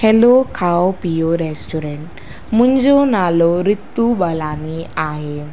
hello Khao Piyo restaurant मुंहिंजो नालो ऋतु बालानी आहे